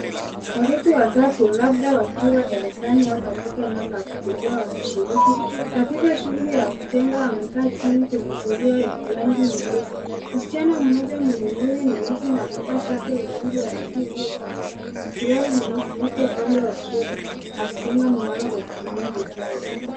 Watoto watatu labda wakiwa darasani au katika eneo la kuchezea wakishiriki katika shughuli ya kujenga. Wamekaa chini kwenye zulia yenye rangi nyepesi. Msichana mmoja mwenye nywele nyeusi ana amevaa shati ya rangi ya bluu iliyokoza na suruali nyeusi hasa upande wa kushoto akijenga mnara kwa kutumia mishale.